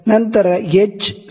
ನಂತರ h 0